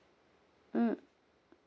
mm